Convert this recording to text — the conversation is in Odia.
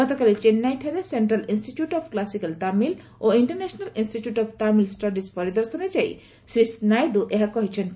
ଗତକାଲି ଚେନ୍ନାଇଠାରେ central institute of classical Tamil ଓ international institute of Tamil studies ପରିଦର୍ଶନରେ ଯାଇ ଶ୍ରୀ ନାଇଡୁ ଏହା କହିଛନ୍ତି